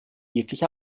wirklich